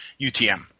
UTM